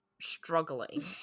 struggling